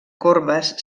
corbes